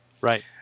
Right